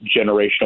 generational